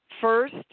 First